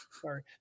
Sorry